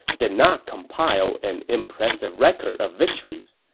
did not compile an impressive record of victories.